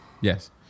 Yes